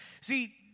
See